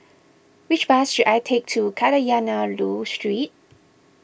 which bus should I take to Kadayanallur Street